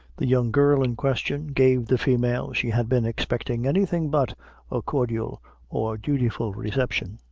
the young girl in question gave the female she had been expecting any thing but a cordial or dutiful reception.